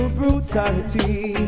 brutality